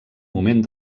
moment